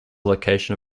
location